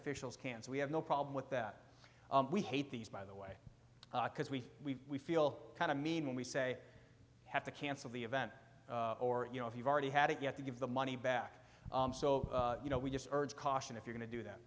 officials can say we have no problem with that we hate these by the way because we feel kind of mean when we say have to cancel the event or you know if you've already had it you have to give the money back so you know we just urge caution if you're going to do that